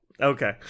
Okay